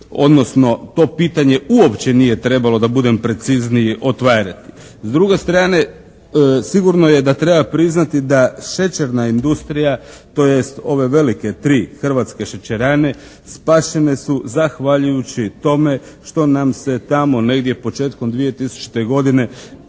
odnosno to pitanje uopće nije trebalo, da budem precizniji, otvarati. S druge strane, sigurno je da treba priznati da šećerna industrija, tj., ove velike 3 hrvatske šećerane spašene su zahvaljujući tome što nam se tamo negdje početkom 2000. godine